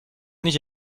nicht